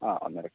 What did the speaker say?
ആ ഒന്നര കിലൊ